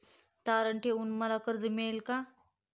तारण ठेवून मला कर्ज मिळेल का?